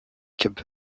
cap